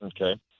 Okay